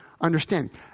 understanding